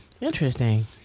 Interesting